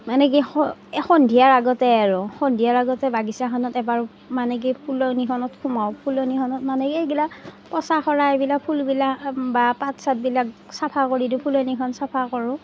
মানে কি স এই সন্ধিয়াৰ আগতে আৰু সন্ধিয়াৰ আগতে বাগিছাখনত এবাৰ মানে কি ফুলনিখনত সোমাওঁ ফুলনিখনত মানে এই গেলা পচা সৰাবিলাক ফুলবিলাক বা পাত চাতবিলাক চাফা কৰি দিওঁ ফুলনিখন চফা কৰোঁ